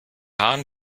hahn